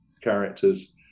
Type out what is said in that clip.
characters